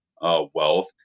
wealth